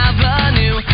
Avenue